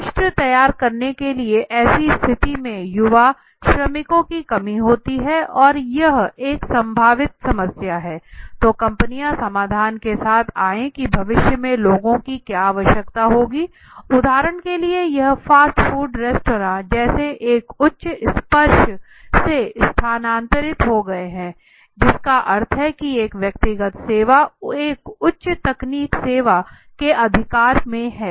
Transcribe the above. राष्ट्र तैयार करने के लिए ऐसी स्थिति में युवा श्रमिकों की कमी होती है यह एक संभावित समस्या है तो कंपनियां समाधान के साथ आए कि भविष्य में लोगों की क्या आवश्यकता होगी उदाहरण के लिए यह फास्ट फूड रेस्तरां जैसे एक उच्च स्पर्श से स्थानांतरित हो गए हैं जिसका अर्थ है कि एक व्यक्तिगत सेवा एक उच्च तकनीक सेवा के अधिकार में है